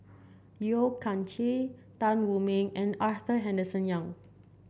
Yeo Kian Chye Tan Wu Meng and Arthur Henderson Young